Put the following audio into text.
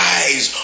eyes